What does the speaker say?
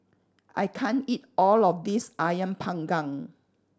I can't eat all of this Ayam Panggang